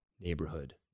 neighborhood